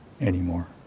anymore